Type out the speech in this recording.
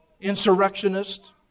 insurrectionist